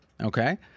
Okay